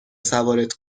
سوارت